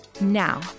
Now